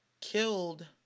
killed